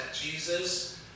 Jesus